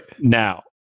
Now